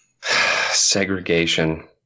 Segregation